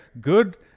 Good